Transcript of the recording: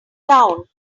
down